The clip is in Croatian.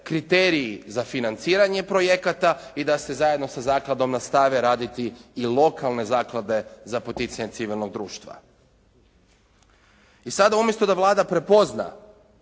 kriteriji za financiranje projekata i da se zajedno sa zakladom nastave raditi i lokalne zaklade za poticanje civilnog društva. I sada umjesto da Vlada prepozna